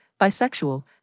bisexual